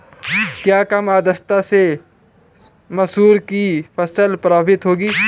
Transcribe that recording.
क्या कम आर्द्रता से मसूर की फसल प्रभावित होगी?